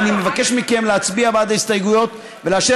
אני מבקש מכם להצביע בעד ההסתייגויות ולאשר